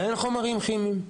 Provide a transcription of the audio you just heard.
אין חומרים כימיים.